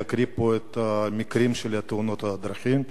להקריא פה את המקרים של תאונות הדרכים.